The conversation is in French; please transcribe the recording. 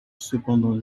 cependant